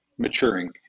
maturing